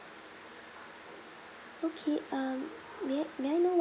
okay um may I may I know